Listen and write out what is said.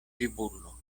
ĝibulo